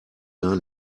gar